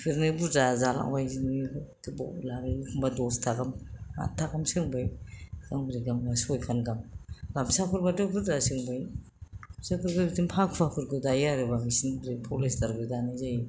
बिफोरनो बुरजा जालांबाय बिदिनो लाबाय एखमबा दस्ता गाहाम आत्था गाहाम गांब्रै गांबा सयखान गाहाम गामसाफोरब्लाथ' बुरजा सोंबाय गामसाफोरखौ बांसिन फाखुवाफोरखौ दायो आरो जों बांसिन पलिष्टार बो दानाय जायो